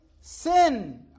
sin